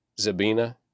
Zabina